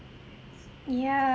yeah